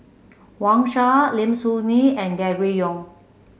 Wang Sha Lim Soo Ngee and Gregory Yong